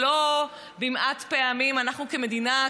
שלא במעט פעמים אנחנו כמדינה,